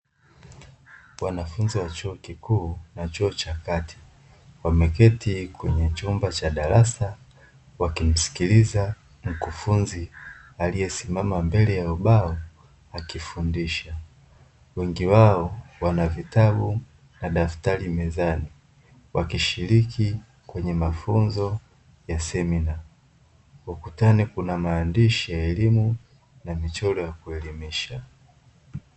Wanafunzi wa chuo kikuu na chuo cha kati wameketi kwenye chumba cha darasa wakimsikiliza mkufunzi aliyesimama mbele ya ubao akifundisha, wengi wao wana vitabu na daftari mezani wakishiriki kwenye mafunzo ya semina, ukutani kuna maandishi ya elimu na michoro ya kuelimisha.